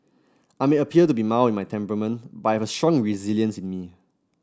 I may appear to be mild in my temperament but I have a strong resilience in me